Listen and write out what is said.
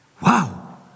Wow